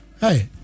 Hey